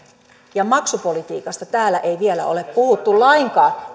ja maksupolitiikasta täällä ei vielä ole puhuttu lainkaan